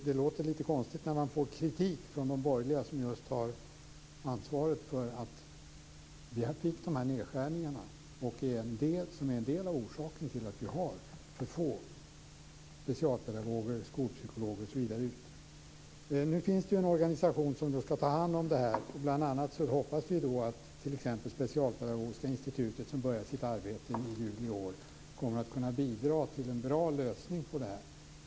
Det blir lite konstigt när man får kritik från de borgerliga, som ju har ansvaret för att vi fick de nedskärningar som är en del av orsaken till att vi har för få specialpedagoger, skolpsykologer osv. ute. Nu finns det en organisation som ska ta hand om det här. Vi hoppas att t.ex. Specialpedagogiska institutet, som började sitt arbete i juli i år, kommer att kunna bidra till en bra lösning på detta.